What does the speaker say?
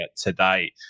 today